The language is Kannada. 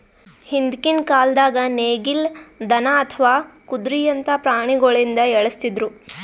ಹಿಂದ್ಕಿನ್ ಕಾಲ್ದಾಗ ನೇಗಿಲ್, ದನಾ ಅಥವಾ ಕುದ್ರಿಯಂತಾ ಪ್ರಾಣಿಗೊಳಿಂದ ಎಳಸ್ತಿದ್ರು